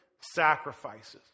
sacrifices